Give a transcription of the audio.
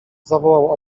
zawołał